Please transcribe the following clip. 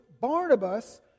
Barnabas